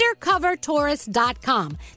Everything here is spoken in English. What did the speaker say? UndercoverTourist.com